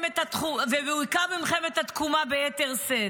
ובעיקר במלחמת התקומה, ביתר שאת.